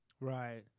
right